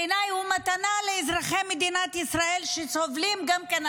בעיניי הוא מתנה לאזרחי מדינת ישראל שסובלים גם כן.